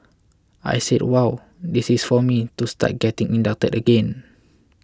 I said wow this is for me to start getting inducted again